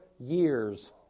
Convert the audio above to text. years